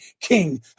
king